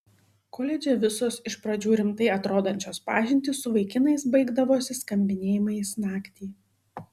koledže visos iš pradžių rimtai atrodančios pažintys su vaikinais baigdavosi skambinėjimais naktį